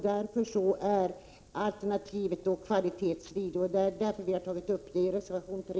Därför är alternativet kvalitetsvideo. Det är därför vi har tagit upp detta i reservation 3.